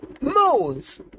moons